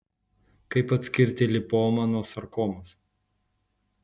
kaip atskirti lipomą nuo sarkomos